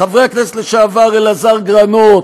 חבר הכנסת לשעבר אלעזר גרנות,